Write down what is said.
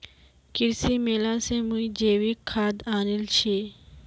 कृषि मेला स मुई जैविक खाद आनील छि